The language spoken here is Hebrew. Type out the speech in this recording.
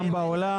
גם באולם.